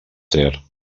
ter